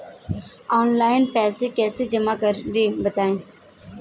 Online पैसा कैसे जमा करें बताएँ?